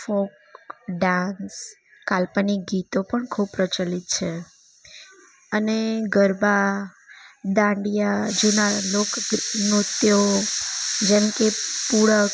folk dance કાલ્પનિક ગીતો પણ ખૂબ પ્રચલિત છે અને ગરબા ડાંડિયા જૂના લોક નૃત્યો જેમકે પુળક